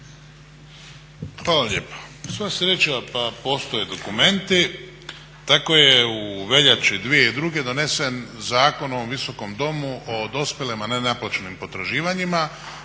Hvala lijepo. Sva sreća pa postoje dokumenti. Tako je u veljači 2002. donesen zakon u ovom visokom domu o dospjelim nenaplaćenim potraživanjima